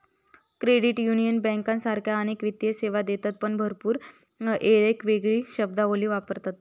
credit union बँकांसारखाच अनेक वित्तीय सेवा देतत पण भरपूर येळेक येगळी शब्दावली वापरतत